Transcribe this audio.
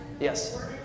Yes